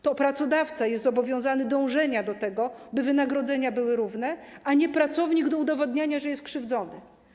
To pracodawca jest zobowiązany do dążenia do tego, by wynagrodzenia były równe, a nie pracownik - do udowadniania, że jest krzywdzony.